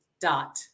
dot